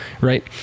Right